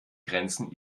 grenzen